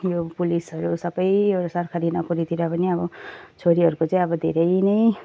यो पुलिसहरू सबै यो सरकारी नोकरीतिर पनि अब छोरीहरूको चाहिँ अब धेरै नै